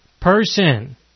person